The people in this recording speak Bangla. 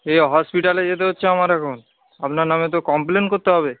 এই হসপিটালে যেতে হচ্ছে আমার এখন আপনার নামে তো কমপ্লেন করতে হবে